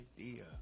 idea